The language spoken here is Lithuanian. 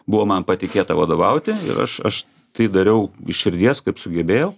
buvo man patikėta vadovauti ir aš aš tai dariau iš širdies kaip sugebėjau